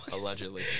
Allegedly